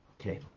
okay